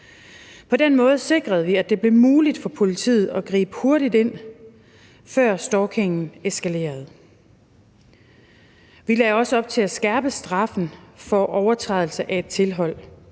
På den måde sikrede vi, at det blev muligt for politiet at gribe hurtigt ind, før stalkingen eskalerede. Vi lagde også op til at skærpe straffen for overtrædelse af et tilhold,